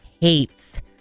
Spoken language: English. hates